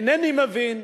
אינני מבין,